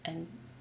and